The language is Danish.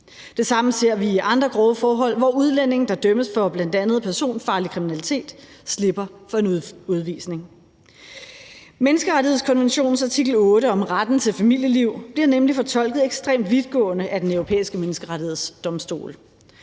Det samme ser vi i andre grove forhold, hvor udlændinge, der dømmes for bl.a. personfarlig kriminalitet, slipper for en udvisning. Menneskerettighedskonventionens artikel 8 om retten til et familieliv bliver nemlig fortolket ekstremt vidtgående af Den Europæiske Menneskerettighedsdomstol.